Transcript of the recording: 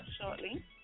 shortly